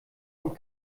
und